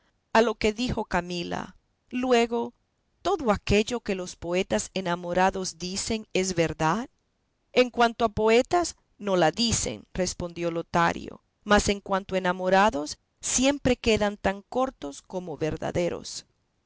a lo que dijo camila luego todo aquello que los poetas enamorados dicen es verdad en cuanto poetas no la dicen respondió lotario mas en cuanto enamorados siempre quedan tan cortos como verdaderos